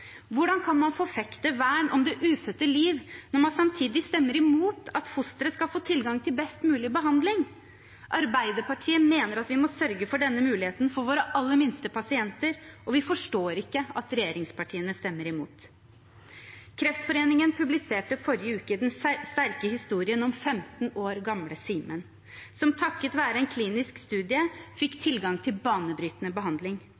Hvordan kan man forfekte vern om det ufødte liv, når man samtidig stemmer imot at fostre skal få tilgang til best mulig behandling? Arbeiderpartiet mener at vi må sørge for denne muligheten for våre aller minste pasienter, og vi forstår ikke at regjeringspartiene stemmer imot. Kreftforeningen publiserte forrige uke den sterke historien om 15 år gamle Simen, som takket være en klinisk studie fikk tilgang til banebrytende behandling.